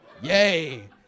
yay